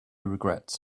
regrets